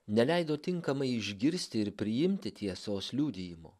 neleido tinkamai išgirsti ir priimti tiesos liudijimo